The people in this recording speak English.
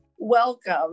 Welcome